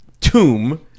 tomb